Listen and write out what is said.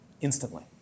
instantly